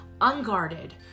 unguarded